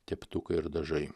teptukai ir dažai